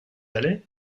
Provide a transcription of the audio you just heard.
allez